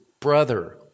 brother